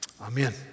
amen